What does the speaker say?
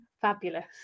fabulous